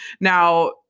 Now